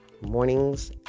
mornings